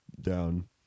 down